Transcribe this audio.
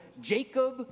Jacob